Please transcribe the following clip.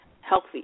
healthy